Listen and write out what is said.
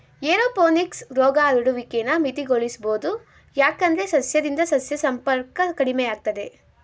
aeroponics ರೋಗ ಹರಡುವಿಕೆನ ಮಿತಿಗೊಳಿಸ್ಬೋದು ಯಾಕಂದ್ರೆ ಸಸ್ಯದಿಂದ ಸಸ್ಯ ಸಂಪರ್ಕ ಕಡಿಮೆಯಾಗ್ತದೆ